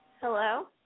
Hello